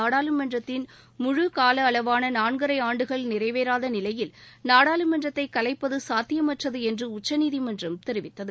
நாடாளுமன்றத்தின் முழு கால அளவான நான்கரை ஆண்டுகள் நிறைவேறாத நிலையில் நாடாளுமன்றத்தை கலைப்பது சாத்தியமற்றது என்று உச்சநீதிமன்றம் தெரிவித்தது